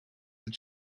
mit